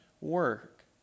work